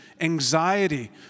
anxiety